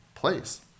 place